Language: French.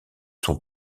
son